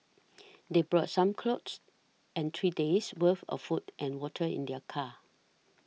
they brought some clothes and three days' worth of food and water in their car